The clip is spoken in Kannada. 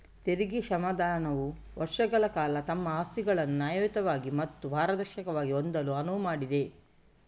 ತೆರಿಗೆ ಕ್ಷಮಾದಾನವು ವರ್ಷಗಳ ಕಾಲ ತಮ್ಮ ಆಸ್ತಿಗಳನ್ನು ನ್ಯಾಯಯುತವಾಗಿ ಮತ್ತು ಪಾರದರ್ಶಕವಾಗಿ ಹೊಂದಲು ಅನುವು ಮಾಡಿದೆ